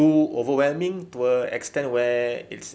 too overwhelming to a extent where it's